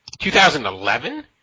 2011